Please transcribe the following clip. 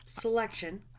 Selection